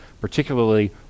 Particularly